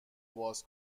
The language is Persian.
باز